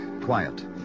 quiet